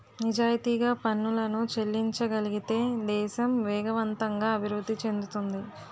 నిజాయితీగా పనులను చెల్లించగలిగితే దేశం వేగవంతంగా అభివృద్ధి చెందుతుంది